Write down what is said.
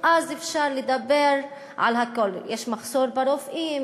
אז אפשר לדבר על הכול: יש מחסור ברופאים,